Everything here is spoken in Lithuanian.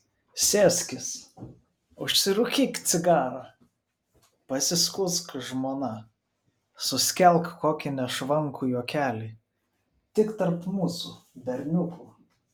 sėskis užsirūkyk cigarą pasiskųsk žmona suskelk kokį nešvankų juokelį tik tarp mūsų berniukų